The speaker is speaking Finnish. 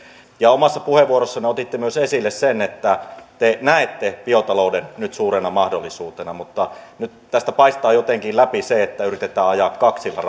omassa puheenvuorossanne myös otitte esille sen että te näette biotalouden suurena mahdollisuutena mutta nyt tästä paistaa jotenkin läpi se että yritetään ajaa kaksilla